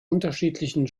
unterschiedlichen